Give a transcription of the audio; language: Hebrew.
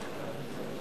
נושא,